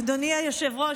אדוני היושב-ראש,